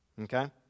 okay